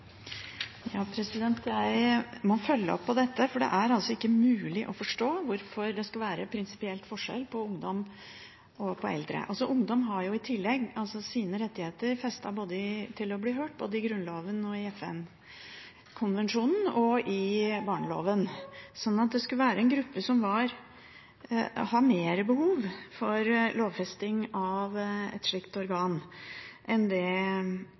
Ja, det er jeg enig i. Jeg må følge opp dette, for det er ikke mulig å forstå hvorfor det prinsipielt skal være forskjell på ungdom og eldre. Ungdom har i tillegg fått rettighetsfestet at de skal bli hørt, både i Grunnloven, i FN-konvensjonen og i barneloven, så dette skulle være en gruppe som har mer behov for lovfesting av et slikt organ enn det